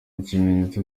ikimenyetso